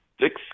six